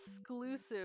exclusive